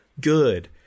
good